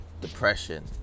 depression